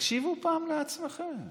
תקשיבו פעם לעצמכם,